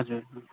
हजुर